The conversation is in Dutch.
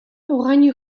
oranje